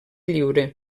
lliure